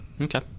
Okay